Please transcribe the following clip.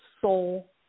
soul